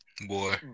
boy